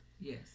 yes